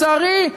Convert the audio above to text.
לצערי,